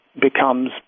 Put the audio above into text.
becomes